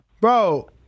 bro